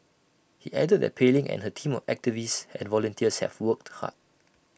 he added that Pei Ling and her team of activists and volunteers have worked hard